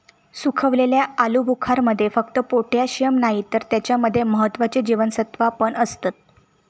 सुखवलेल्या आलुबुखारमध्ये फक्त पोटॅशिअम नाही तर त्याच्या मध्ये महत्त्वाची जीवनसत्त्वा पण असतत